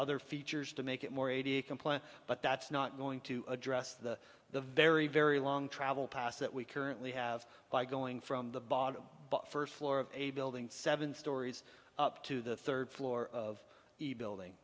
other features to make it more a deacon plan but that's not going to address the the very very long travel pass that we currently have by going from the bottom first floor of a building seven stories up to the third floor of the building